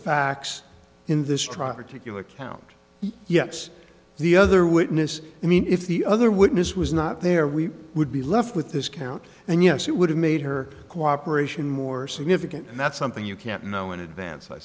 or count yes the other witness i mean if the other witness was not there we would be left with this count and yes it would have made her cooperation more significant and that's something you can't know in advance i